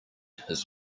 his